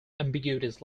ambiguities